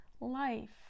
life